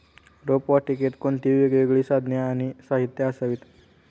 रोपवाटिकेत कोणती वेगवेगळी साधने आणि साहित्य असावीत?